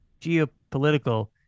Geopolitical